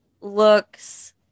looks